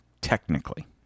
technically